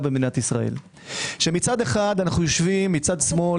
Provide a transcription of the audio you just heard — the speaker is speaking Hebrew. במדינת ישראל שמצד אחד אמו יושבים מצד שמאל,